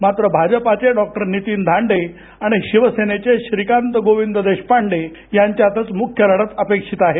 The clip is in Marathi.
मात्र भाजपाचे डॉक्टर नीतीन धांडे आणि शिवसेनेचे श्रीकांत गोविंद देशपांडे यांच्यातच मुख्य लढत अपेक्षित आहे